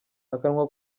akanwa